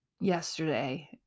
yesterday